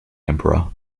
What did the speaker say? emperor